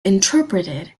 interpreted